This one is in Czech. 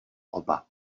oba